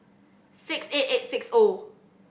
six eight eight six O